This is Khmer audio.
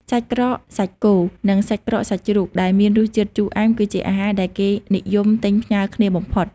សាច់ក្រកសាច់គោ និងសាច់ក្រកសាច់ជ្រូក ដែលមានរសជាតិជូរអែម គឺជាអាហារដែលគេនិយមទិញផ្ញើគ្នាបំផុត។